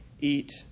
eat